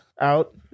out